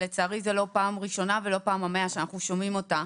לצערי זאת לא פעם ראשונה ולא פעם המאה שאנחנו שומעים אותה.